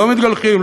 לא מתגלחים,